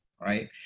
right